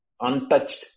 untouched